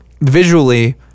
visually